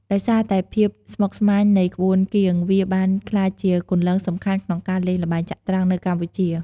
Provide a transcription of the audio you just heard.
ដោយសារតែភាពស្មុគស្មាញនៃក្បួនគៀង វាបានក្លាយជាគន្លងសំខាន់ក្នុងការលេងល្បែងចត្រង្គនៅកម្ពុជា។